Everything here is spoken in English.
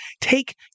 Take